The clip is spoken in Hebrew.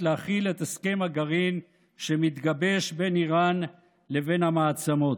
להכיל את הסכם הגרעין שמתגבש בין איראן לבין המעצמות.